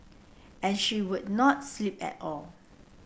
and she would not sleep at all